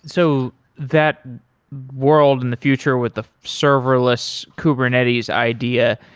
so that world in the future with the serverless kubernetes idea,